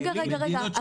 רגע, רגע.